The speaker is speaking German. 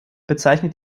bezeichnet